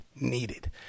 needed